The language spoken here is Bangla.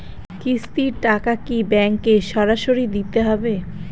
কিস্তির টাকা কি ব্যাঙ্কে সরাসরি দিতে হবে?